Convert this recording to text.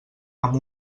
amb